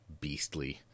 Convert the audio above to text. Beastly